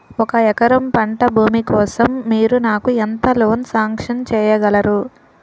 ఒక ఎకరం పంట భూమి కోసం మీరు నాకు ఎంత లోన్ సాంక్షన్ చేయగలరు?